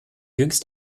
jüngst